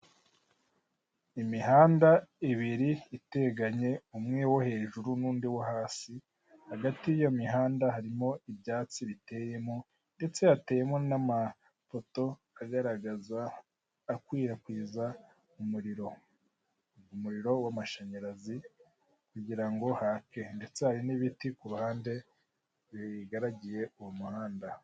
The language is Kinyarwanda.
Imihanda ibiri iteganye umwe wo hejuru n'undi wo hasi, hagati y'iyo mihanda harimo ibyatsi biteyemo ndetse hateyemo n'amapoto agaragaza, akwirakwiza umuriro. Umuriro w'amashanyarazi kugirango hake ndetse hari n'ibiti ku ruhande bigaragiye uwo muhanda.